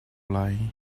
lai